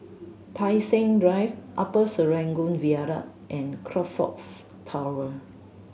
Tai Seng Drive Upper Serangoon Viaduct and Crockfords Tower